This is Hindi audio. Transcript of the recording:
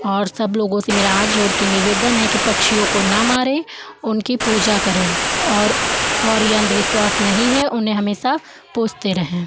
और सब लोगों से मेरा हाथ जोड़कर निवेदन है कि पक्षियों को न मारें उनकी पूजा करें और और यह अन्धविश्वास नहीं है उन्हें हमेशा पूजते रहें